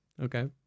okay